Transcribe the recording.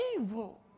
evil